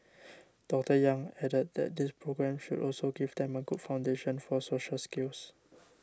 Doctor Yang added that these programmes should also give them a good foundation for social skills